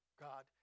God